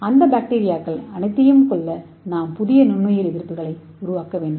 அந்த பாக்டீரியாக்கள் அனைத்தையும் கொல்ல நாம் புதிய நுண்ணுயிர் எதிர்ப்பிகளை உருவாக்க வேண்டும்